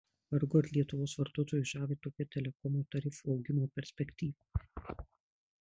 vargu ar lietuvos vartotojus žavi tokia telekomo tarifų augimo perspektyva